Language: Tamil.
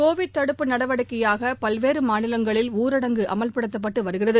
கோவிட் தடுப்பு நடவடிக்கையாகபல்வேறுமாநிலங்களில் ஊரடங்கு அமவ்படுத்தப்பட்டுவருகிறது